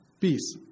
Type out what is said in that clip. peace